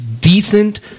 decent